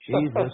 Jesus